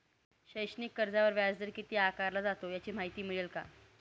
शैक्षणिक कर्जावर व्याजदर किती आकारला जातो? याची माहिती मिळेल का?